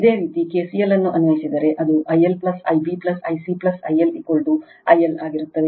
ಇದೇ ರೀತಿ KCL ಅನ್ನು ಅನ್ವಯಿಸಿದರೆ ಅದು I L I b I c I L I L ಆಗಿರುತ್ತದೆ